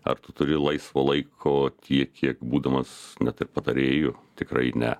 ar tu turi laisvo laiko tiek kiek būdamas net ir patarėju tikrai ne